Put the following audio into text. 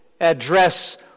address